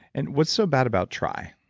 and what's so bad about try?